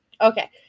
Okay